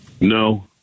No